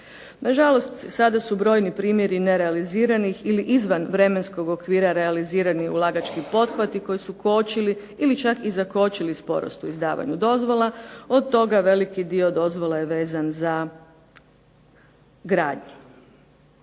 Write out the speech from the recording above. Nažalost, sada su brojni primjeri nerealiziranih ili izvan vremenskog okvira realizirani ulagački pothvati koji su kočili ili čak zakočili sporost u izdavanju dozvola. Od toga veliki dio dozvola vezan za gradnju.